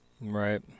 Right